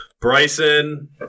Bryson